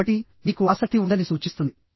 కాబట్టి మీకు ఆసక్తి ఉందని సూచిస్తుంది